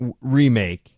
remake